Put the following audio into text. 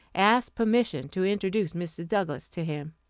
asked permission to introduce mr. douglass to him.